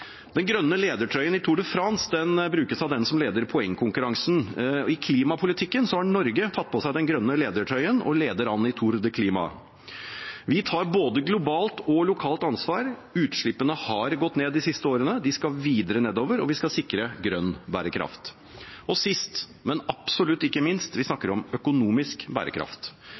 Den grønne ledertrøyen i Tour de France brukes av den som leder poengkonkurransen. I klimapolitikken har Norge tatt på seg den grønne ledertrøyen og leder an i Tour de Klima. Vi tar både globalt og lokalt ansvar. Utslippene har gått ned de siste årene. De skal videre nedover, og vi skal sikre grønn bærekraft. Sist, men absolutt ikke minst: Vi snakker om økonomisk bærekraft.